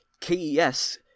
KES